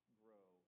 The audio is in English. grow